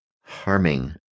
harming